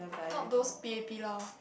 not those P_A_P lah